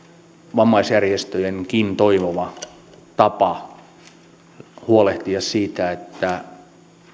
vammaisjärjestöjenkin toivoma tapa huolehtia siitä että